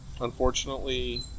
unfortunately